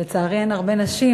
לצערי אין הרבה נשים,